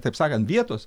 taip sakant vietos